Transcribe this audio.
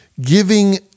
giving